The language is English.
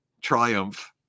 triumph